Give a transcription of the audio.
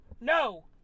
no